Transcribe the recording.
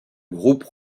groupe